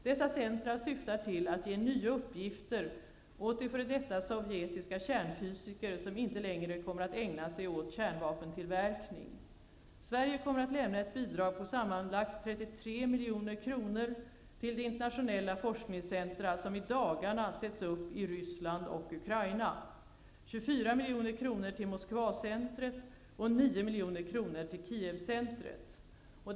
Dessa centra syftar till att ge nya uppgifter åt de f.d. sovjetiska kärnfysiker som inte längre kommer att ägna sig åt kärnvapentillverkning. Sverige kommer att lämna ett bidrag på sammanlagt 33 milj.kr. till de internationella forskningscentra som i dagarna sätts upp i Ryssland och Ukraina; 24 milj.kr. till Moskvacentret och 9 milj.kr. till Kiev-centret.